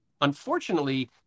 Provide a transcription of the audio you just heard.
unfortunately